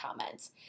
comments